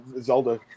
Zelda